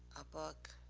a book.